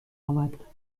آمد